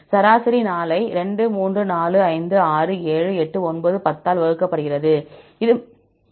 சராசரி 4 ஐ 2 3 4 5 6 7 8 9 10 ஆல் வகுக்கப்படுகிறது இது 0